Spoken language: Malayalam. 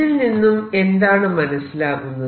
ഇതിൽ നിന്നും എന്താണ് മനസിലാകുന്നത്